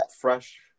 fresh